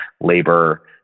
labor